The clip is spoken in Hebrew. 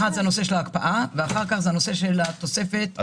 האחד זה הנושא של ההקפאה ואחר כך זה הנושא של התוספת של ה-2.45.